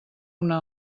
una